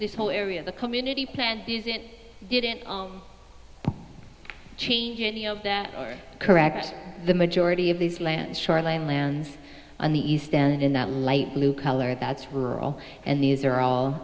this whole area the community plan is it didn't change any of that correct the majority of this land shoreline lands on the east and in the light blue color that's rural and these are all